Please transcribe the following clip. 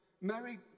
Mary